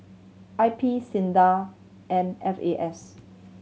I P SINDA and F A S